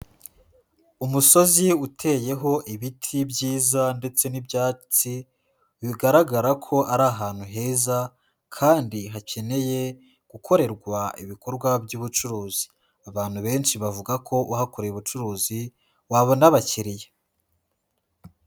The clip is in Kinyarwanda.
Umusozi uteyeho ibiti byiza ndetse n'ibyatsi bigaragara ko ari ahantu heza kandi hakeneye gukorerwa ibikorwa by'ubucuruzi, abantu benshi bavuga ko uhakoreye ubucuruzi wabona abakiriya.